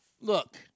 Look